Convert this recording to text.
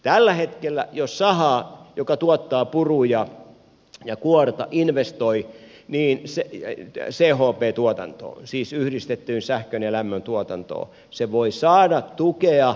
tällä hetkellä jos saha joka tuottaa puruja ja kuorta investoi chp tuotantoon siis yhdistettyyn sähkön ja lämmön tuotantoon se voi saada tukea